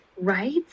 Right